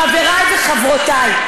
חברי וחברותי,